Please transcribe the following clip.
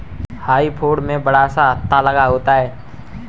हेई fork में बड़ा सा हत्था लगा होता है